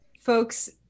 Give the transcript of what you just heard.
folks